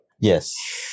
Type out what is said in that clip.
Yes